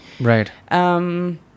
Right